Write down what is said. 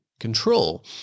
control